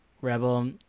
rebel